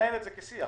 אתם